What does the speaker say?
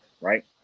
right